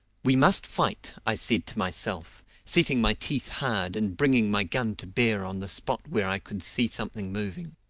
we must fight, i said to myself, setting my teeth hard and bringing my gun to bear on the spot where i could see something moving.